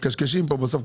ובסוף,